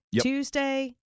Tuesday